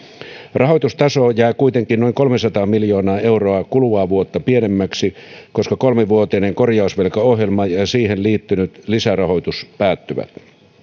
rahoitustaso jää kuitenkin noin kolmesataa miljoonaa euroa kuluvaa vuotta pienemmäksi koska kolmivuotinen korjausvelkaohjelma ja ja siihen liittynyt lisärahoitus päättyvät